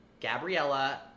Gabriella